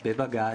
בבג"ץ,